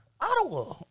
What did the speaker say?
Ottawa